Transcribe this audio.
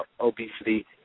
obesity